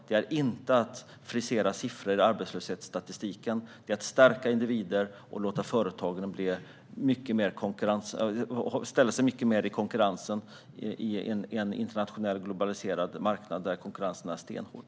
Det är inte att frisera siffror i arbetslöshetsstatistiken, utan det är att stärka individer och låta företagen konkurrera på en internationell globaliserad marknad där konkurrensen är stenhård.